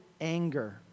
anger